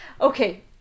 Okay